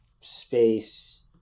space